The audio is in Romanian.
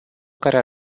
care